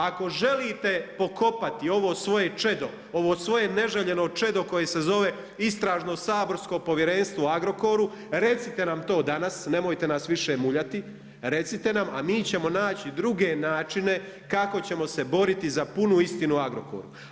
Ako želite pokopati ovo svoje čedo, ovo svoje neželjeno čedo koje se zove Istražno saborsko povjerenstvo u Agrokoru, recite nam to danas, nemojte nas više muljati, recite nam, a mi ćemo naći druge načine kako ćemo se boriti za punu istinu o Agrokoru.